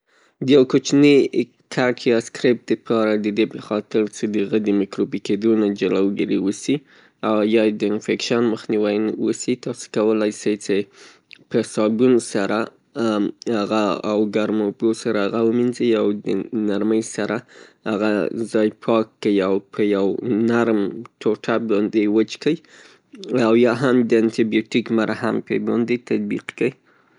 د یوه کوچني کټ یا سکرپ د پآره ددې په خاطر څې د هغه د میکربوي کیدو نه جلوګیري وسي، او یا یې د اېنفېکشن مخنیوي وسي تاسې کولای سئ که صابون سره هغه او ګرمو اوبو سره هغه ومینځئ او نرمی سره هغه ځای پاک کئ، او په یو نرم ټوټه باندې وچ کئ او یا هم د انتي بیوټیک مرهم پې باندې تطبیک کئ